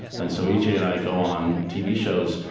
and so e j. and i go on tv shows,